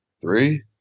three